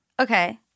Okay